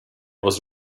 was